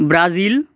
Brazil